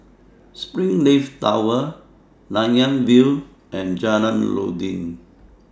Springleaf Tower Nanyang View and Jalan Noordin